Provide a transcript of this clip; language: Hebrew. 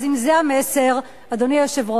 אז אם זה המסר, אדוני היושב-ראש,